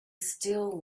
still